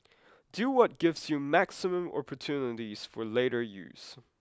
do what gives you maximum opportunities for later use